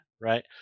right